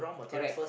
correct